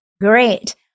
Great